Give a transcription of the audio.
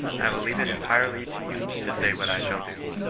i will leave it entirely to you to say what i shall do.